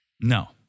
No